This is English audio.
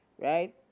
right